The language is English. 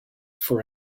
for